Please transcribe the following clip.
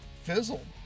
fizzled